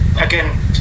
again